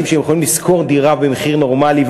שהם יכולים לשכור דירה במחיר נורמלי,